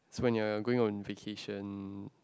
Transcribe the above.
when you're going on vacation